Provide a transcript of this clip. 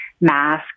mask